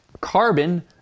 carbon